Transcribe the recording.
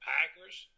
Packers